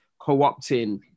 co-opting